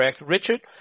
Richard